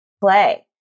play